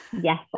yes